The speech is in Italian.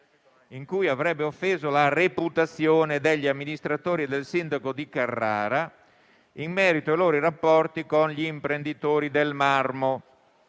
in cui avrebbe offeso la reputazione degli amministratori e del sindaco di Carrara in merito ai loro rapporti con gli imprenditori del marmo